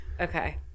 Okay